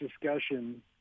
discussion